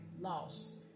loss